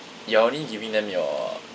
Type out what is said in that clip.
you're only giving them your